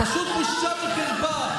פשוט בושה וחרפה.